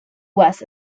was